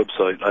website